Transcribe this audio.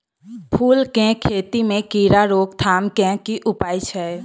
फूल केँ खेती मे कीड़ा रोकथाम केँ की उपाय छै?